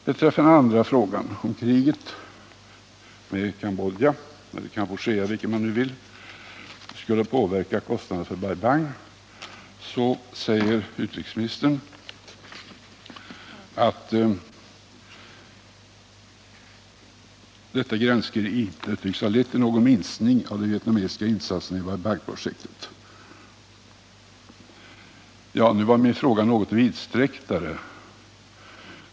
Beträffande den andra frågan, om kriget med Cambodja — eller Kampuchea, vilket man vill — skulle påverka kostnaderna för Bai Bang, säger utrikesministern att ”gränskriget ——— inte tycks ha lett till någon minskning av de vietnamesiska insatserna i Bai Bang-projektet”. Nu var min fråga något mera vidsträckt.